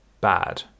bad